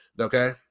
Okay